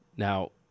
Now